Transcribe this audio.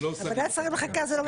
ועדת שרים לחקיקה זה לא